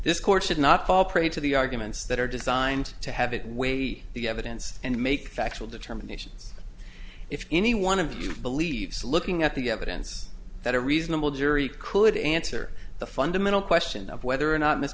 this court should not fall prey to the arguments that are designed to have it weigh the evidence and make factual determinations if any one of you believes looking at the evidence that a reasonable jury could answer the fundamental question of whether or not miss